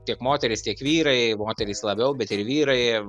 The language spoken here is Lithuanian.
tiek moterys tiek vyrai moterys labiau bet ir vyrai